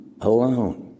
alone